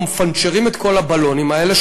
אנחנו מפנצ'רים את כל הבלונים האלה,